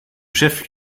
chef